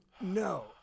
No